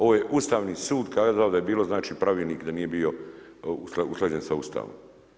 Ovo je Ustavni sud kazao da je bilo znači pravilnik da nije bio usklađen sa Ustavom.